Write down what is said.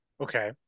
Okay